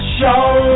show